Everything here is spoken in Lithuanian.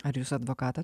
ar jūs advokatą